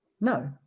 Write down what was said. No